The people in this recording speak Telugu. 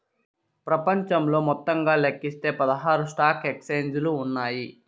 ప్రపంచంలో మొత్తంగా లెక్కిస్తే పదహారు స్టాక్ ఎక్స్చేంజిలు ఉన్నాయి